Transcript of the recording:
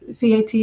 VAT